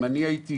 אם אני הייתי,